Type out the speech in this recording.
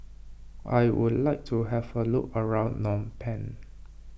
I would like to have a look around Phnom Penh